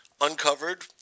uncovered